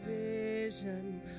vision